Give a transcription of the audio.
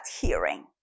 hearing